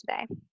today